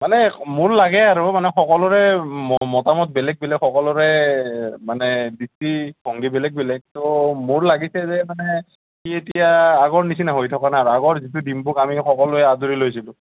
মানে মোৰ লাগে আৰু মানে সকলোৰে ম মতামত বেলেগ বেলেগ সকলোৰে মানে দৃষ্টিভংগী বেলেগ বেলেগ তো মোৰ লাগিছে যে মানে সি এতিয়া আগৰ নিচিনা হৈ থকা নাই আগৰ যিটো দিম্পুক আমি সকলোৱে আদৰি লৈছিলোঁ